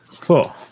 Cool